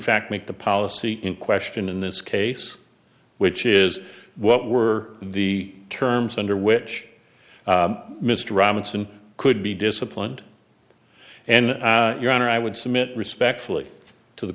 make the policy in question in this case which is what were the terms under which mr robinson could be disciplined and your honor i would submit respectfully to the